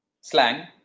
slang